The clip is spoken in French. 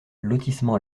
lotissement